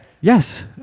Yes